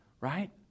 right